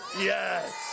Yes